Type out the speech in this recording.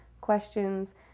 questions